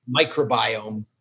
microbiome